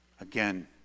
Again